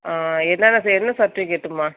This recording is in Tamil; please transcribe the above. ஆ என்னென்ன என்ன சர்டிஃபிக்கேட்டும்மா